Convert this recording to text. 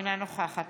אינה נוכחת